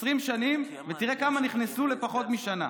ותראה כמה נכנסו לכלא לפחות משנה.